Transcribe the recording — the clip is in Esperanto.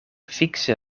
fikse